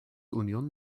union